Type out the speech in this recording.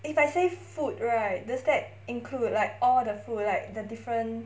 if I say food right does that include like all the food like the different